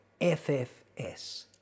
FFS